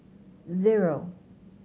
zero